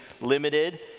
Limited